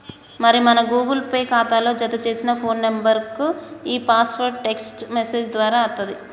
మరి మన Google Pay ఖాతాలో జతచేసిన ఫోన్ నెంబర్కే ఈ పాస్వర్డ్ టెక్స్ట్ మెసేజ్ దారా అత్తది